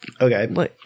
Okay